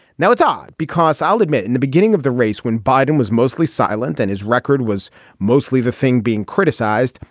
now it's odd because i'll admit in the beginning of the race when biden was mostly silent and his record was mostly the thing being criticized.